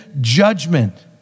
judgment